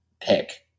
pick